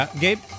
Gabe